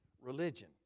religion